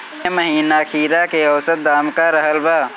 एह महीना खीरा के औसत दाम का रहल बा?